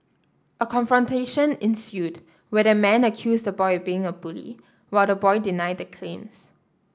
a confrontation ensued where the man accused the boy of being a bully while the boy denied the claims